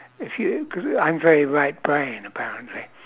if you cause I'm very right brained apparently